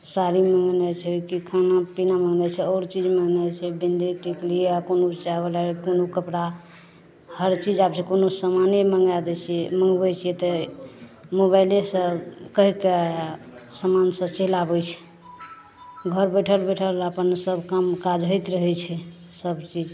साड़ी मँगेनाइ छै कि खानापीना मँगेनाइ छै आओर चीज मँगेनाइ छै बिन्दी टिकली कोनो कपड़ा हर चीज आबय छै कोनो सामाने मँगाइ दै छी मँगबय छियै तऽ मोबाइलेसँ कहिके आओर सामान सब चलि आबय छै घर बैठल बैठल अपन सब काम काज होइत रहय छै सबचीज